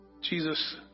jesus